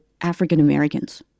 African-Americans